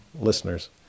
listeners